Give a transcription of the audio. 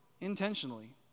intentionally